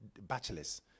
bachelor's